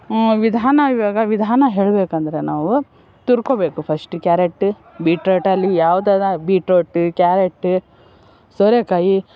ವಿಧಾನ ಇವಾಗ ವಿಧಾನ ಹೇಳಬೇಕೆಂದ್ರೆ ನಾವು ತುರ್ಕೋಬೇಕು ಫಸ್ಟ್ ಕ್ಯಾರೆಟ್ ಬೀಟ್ರೊಟಲ್ಲಿ ಯಾವ ಥರ ಬೀಟ್ರೋಟ್ ಕ್ಯಾರೆಟ್ ಸೋರೆಕಾಯಿ